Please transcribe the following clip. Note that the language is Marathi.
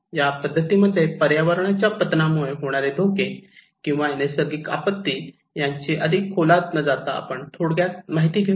या पद्धतीमध्ये पर्यावरणाच्या पतना मुळे होणारे धोके किंवा नैसर्गिक आपत्ती याची अधिक खोलात न जाता थोडक्यात माहिती आपण घेऊ